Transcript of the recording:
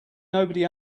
nobody